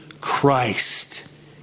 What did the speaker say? Christ